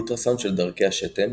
אולטרסאונד של דרכי השתן,